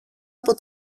από